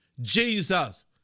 Jesus